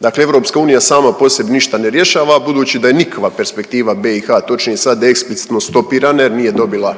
Dakle, EU sama po sebi ništa ne rješava. Budući da je njihova perspektiva BiH točnije sada eksplicitno stopirana jer nije dobila